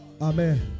Amen